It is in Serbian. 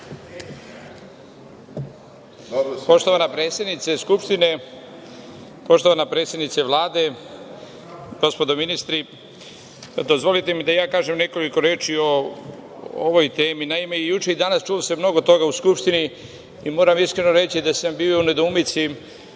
Poštovana predsednice Skupštine, poštovana predsednice Vlade, gospodo ministri, dozvolite mi da kažem nekoliko reči o ovoj temi. Naime, i juče i danas čulo se mnogo toga u Skupštini i moram iskreno reći da sam bio u nedoumici